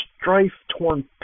strife-torn